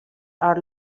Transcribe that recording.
are